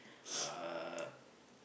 uh